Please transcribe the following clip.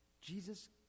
Jesus